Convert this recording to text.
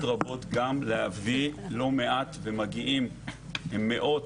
רבות גם להביא לא מעט ומגיעים מאות